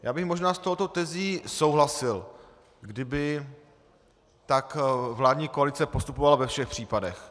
Já bych možná s touto tezí souhlasil, kdyby tak vládní koalice postupovala ve všech případech.